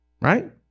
right